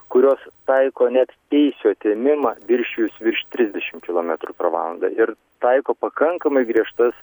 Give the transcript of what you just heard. kurios taiko net teisių atėmimą viršijus virš trisdešim kilometrų per valandą ir taiko pakankamai griežtas